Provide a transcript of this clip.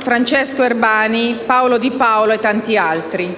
Francesco Erbani, Paolo di Paolo, e tanti altri.